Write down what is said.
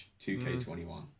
2K21